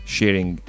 sharing